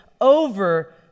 over